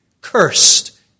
Cursed